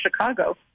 Chicago